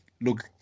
look